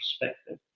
perspective